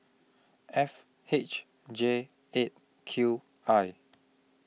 F H J eight Q I